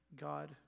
God